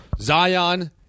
Zion